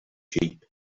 sheep